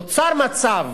נוצר מצב